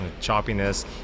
choppiness